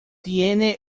tiene